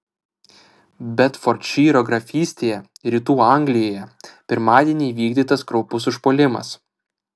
bedfordšyro grafystėje rytų anglijoje pirmadienį įvykdytas kraupus užpuolimas